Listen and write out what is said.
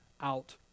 out